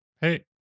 hey